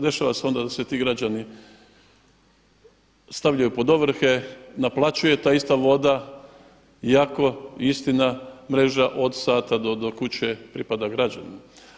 Dešava se onda da se ti građani stavljaju pod ovrhe, naplaćuje ta ista voda iako istina mreža od sata do kuće pripada građaninu.